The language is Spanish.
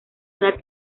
una